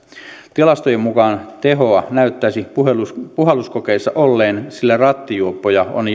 tilastojen mukaan tehoa näyttäisi puhalluskokeissa olleen sillä rattijuoppoja on